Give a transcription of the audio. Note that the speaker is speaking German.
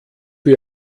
für